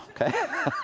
Okay